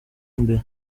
imbere